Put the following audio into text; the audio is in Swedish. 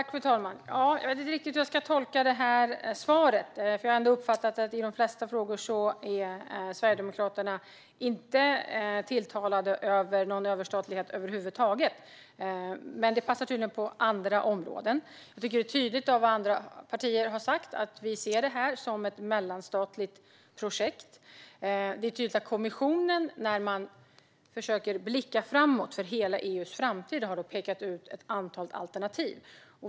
Fru talman! Jag vet inte riktigt hur jag ska tolka svaret. Jag har uppfattat det som att Sverigedemokraterna i de flesta frågor inte tilltalas av någon överstatlighet över huvud taget, men det passar tydligen på vissa områden. Jag tycker att det tydligt framgår av vad andra partier har sagt att vi ser detta som ett mellanstatligt projekt. Kommissionen har försökt att blicka framåt över hela EU:s framtid och har pekat ut ett antal alternativ.